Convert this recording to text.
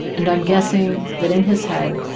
and i'm guessing that in his head,